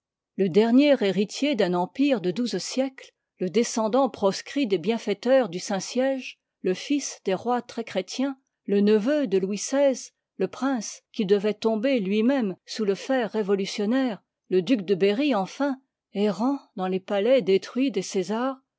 le dernier héritier d'un empire de douze siècles le descendant proscrit des bienfaiteurs du saintsiège le fils des rois très chrétiens le neveu de louis xvi le prince qui devoit tomber lui-même sous le fer révolutionnaire le duc de berry enfin errant dans les palais détruits des césars